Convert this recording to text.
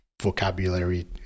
Vocabulary